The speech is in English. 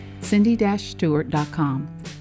cindy-stewart.com